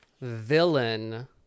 villain